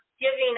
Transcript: giving